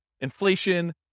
inflation